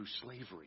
slavery